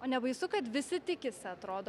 o nebaisu kad visi tikisi atrodo